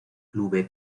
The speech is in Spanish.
clube